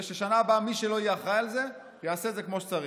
שבשנה הבאה מי שלא יהיה אחראי על זה יעשה את זה כמו שצריך.